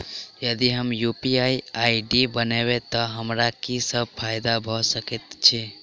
यदि हम UPI ID बनाबै तऽ हमरा की सब फायदा भऽ सकैत अछि?